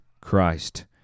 Christ